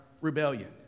rebellion